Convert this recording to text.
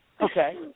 Okay